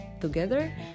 together